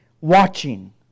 watching